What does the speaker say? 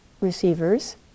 receivers